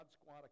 Squad